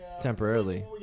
Temporarily